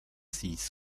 six